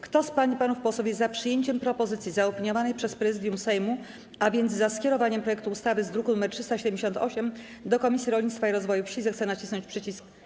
Kto z pań i panów posłów jest za przyjęciem propozycji zaopiniowanej przez Prezydium Sejmu, a więc za skierowaniem projektu ustawy z druku nr 378 do Komisji Rolnictwa i Rozwoju Wsi, zechce nacisnąć przycisk.